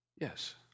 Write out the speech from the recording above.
Yes